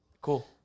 Cool